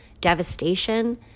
devastation